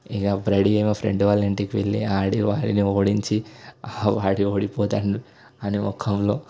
ఇక రెడీ అయ్యి మా ఫ్రెండ్ వాళ్ళ ఇంటికి వెళ్ళి ఆడి వాడిని ఓడించి వాడు ఓడిపోతే వాడి ముఖంలో